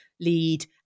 lead